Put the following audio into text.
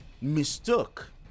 mistook